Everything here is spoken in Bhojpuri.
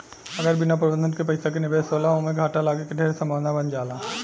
अगर बिना प्रबंधन के पइसा के निवेश होला ओमें घाटा लागे के ढेर संभावना बन जाला